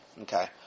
Okay